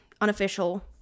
Unofficial